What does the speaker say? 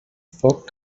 foc